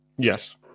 Yes